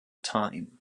time